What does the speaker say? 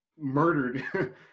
murdered